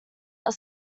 are